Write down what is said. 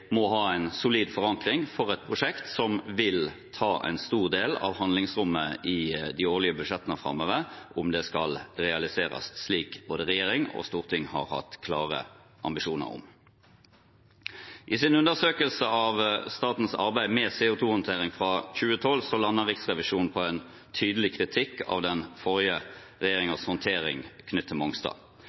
må ha en solid forankring for et prosjekt som vil ta en stor del av handlingsrommet i de årlige budsjettene framover, om det skal realiseres slik både regjering og storting har hatt klare ambisjoner om. I sin undersøkelse av statens arbeid med CO 2 -håndtering fra 2012 landet Riksrevisjonen på en tydelig kritikk av den forrige regjeringens håndtering knyttet til Mongstad.